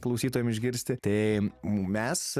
klausytojam išgirsti tai mes